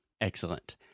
Excellent